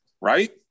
right